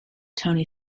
tony